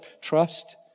trust